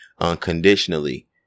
unconditionally